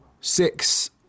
six